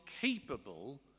capable